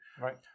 Right